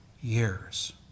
years